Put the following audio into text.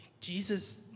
Jesus